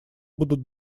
будут